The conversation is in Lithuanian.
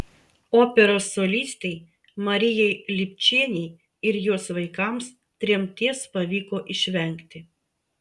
operos solistei marijai lipčienei ir jos vaikams tremties pavyko išvengti